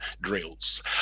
drills